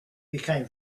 became